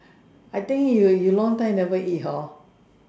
I think you you long time never eat hor